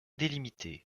délimitées